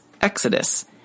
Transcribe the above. exodus